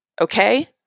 Okay